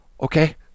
Okay